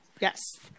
Yes